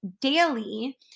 daily